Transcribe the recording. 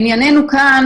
לעניינינו כאן,